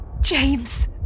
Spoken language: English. James